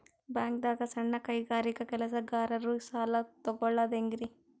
ಬ್ಯಾಂಕ್ದಾಗ ಸಣ್ಣ ಕೈಗಾರಿಕಾ ಕೆಲಸಗಾರರು ಸಾಲ ತಗೊಳದ್ ಹೇಂಗ್ರಿ?